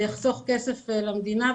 זה יחסוך כסף למדינה,